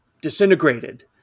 disintegrated